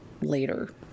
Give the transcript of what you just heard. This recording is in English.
later